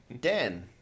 Dan